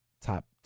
top